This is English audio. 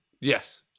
Yes